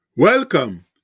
Welcome